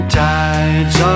tides